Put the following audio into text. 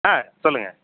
ஆ சொல்லுங்கள்